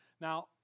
Now